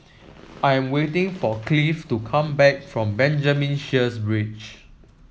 I'm waiting for Cliff to come back from Benjamin Sheares Bridge